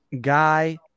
Guy